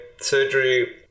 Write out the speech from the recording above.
surgery